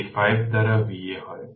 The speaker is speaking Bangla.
সুতরাং এটি 5 দ্বারা Va হয়